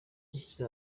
yashyize